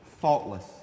faultless